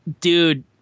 Dude